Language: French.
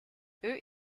eux